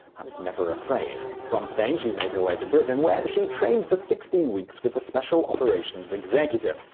i was never afraid. from spain she made her way to britain, where she trained for sixteen weeks with the special operations executive.